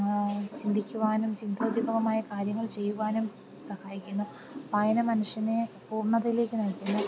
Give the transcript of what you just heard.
ചിന്തിക്കുവാനും ചിന്താഗിതമായ കാര്യങ്ങൾ ചെയ്യുവാനും സഹായിക്കുന്നു വായന മനുഷ്യനെ പൂർണ്ണതയിലേക്ക് നയിക്കുന്നു